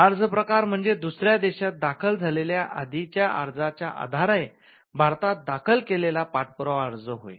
हा अर्ज प्रकार म्हणजे दुसऱ्या देशात दाखल झालेल्या आधीच्या अर्जाच्या आधारे भारतात दाखल केलेला पाठपुरावा अर्ज होय